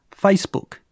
Facebook